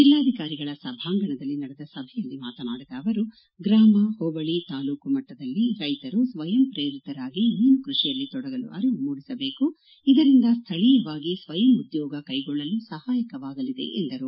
ಜೆಲ್ಲಾಧಿಕಾರಿಗಳ ಸಭಾಂಗಣದಲ್ಲಿ ನಡೆದ ಸಭೆಯಲ್ಲಿ ಮಾತನಾಡಿದ ಅವರು ಗ್ರಾಮ ಹೋಬಳಿ ತಾಲೂಕು ಮಟ್ಟದಲ್ಲಿ ರೈತರು ಸ್ವಯಂ ಪ್ರೇರಿತರಾಗಿ ಮೀನು ಕೃಷಿಯಲ್ಲಿ ತೊಡಗಲು ಅರಿವು ಮೂಡಿಸಬೇಕು ಇದರಿಂದ ಸ್ವಳೀಯವಾಗಿ ಸ್ವಯಂ ಉದ್ಯೋಗ ಕ್ಕೆಗೊಳ್ಳಲು ಸಹಾಯಕವಾಗಲಿದೆ ಎಂದರು